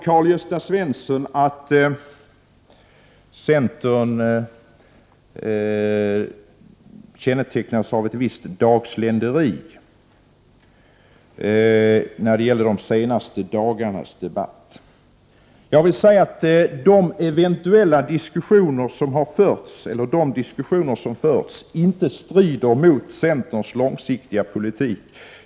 Karl-Gösta Svenson sade att centern kännetecknas av ett visst dagsländeri när det gäller de senaste dagarnas debatt. De diskussioner som har förts och som förs strider inte mot centerns långsiktiga politik.